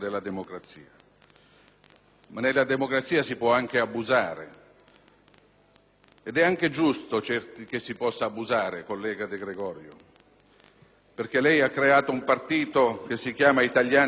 Ma nella democrazia si può anche abusare. Ed è anche giusto poterlo fare, collega De Gregorio, perché lei ha creato un partito che si chiama «Italiani nel Mondo».